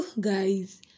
Guys